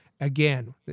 Again